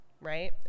Right